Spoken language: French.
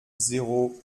zéro